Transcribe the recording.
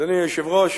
אדוני היושב-ראש,